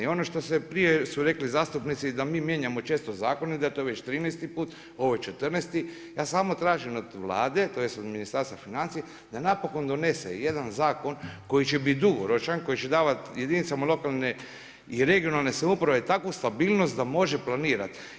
Ono što su prije rekli zastupnici da mi mijenjamo često zakone, da je to već trinaesti put, ovo je četrnaesti, ja samo tražim od Vlade, tj. od Ministarstva financija da napokon donese jedan zakon koji će bit dugoročan, koji će davati jedinicama lokalne i regionalne samouprave takvu stabilnost da može planirati.